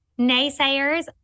naysayers